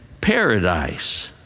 paradise